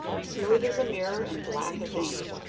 smooth as a mirror and black as ink.